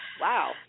wow